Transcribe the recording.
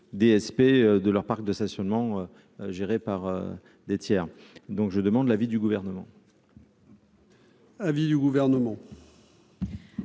DSP de leur parc de stationnement, gérée par des tiers, donc je demande l'avis du gouvernement.